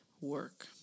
work